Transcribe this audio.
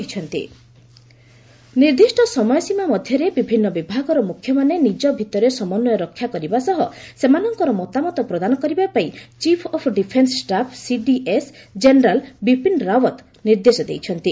CDS meeting ନିର୍ଦ୍ଦିଷ୍ଟ ସମୟସୀମା ମଧ୍ୟରେ ବିଭିନ୍ନ ବିଭାଗର ମୁଖ୍ୟମାନେ ନିଜ ଭିତରେ ସମନ୍ଧୟ ରକ୍ଷା କରିବା ସହ ସେମାନଙ୍କର ମତାମତ ପ୍ରଦାନ କରିବା ପାଇଁ chief of defence staff CDS general Bipin Rawat ନିର୍ଦ୍ଦେଶ ଦେଇଛନ୍ତି